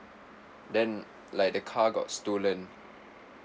then like the car got stolen